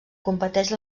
competeix